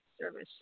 service